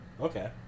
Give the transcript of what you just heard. Okay